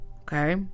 okay